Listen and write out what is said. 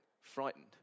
frightened